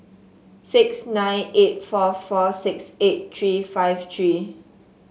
six nine eight four four six eight three five three